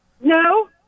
No